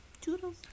Toodles